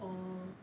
oh